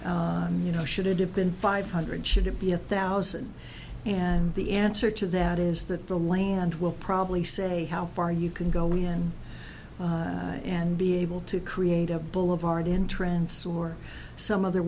you know should it have been five hundred should it be a thousand and the answer to that is that the land will probably say how far you can go in and be able to create a boulevard in trends or some other